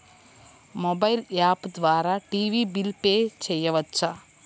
Mobile app ద్వారా TV bill pay చేయవచ్చా?